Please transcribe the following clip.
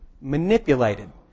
manipulated